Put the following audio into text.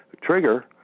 trigger